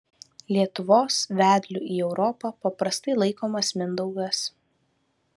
lietuvos vedliu į europą paprastai laikomas mindaugas